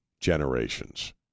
generations